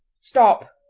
stop,